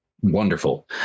Wonderful